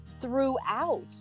throughout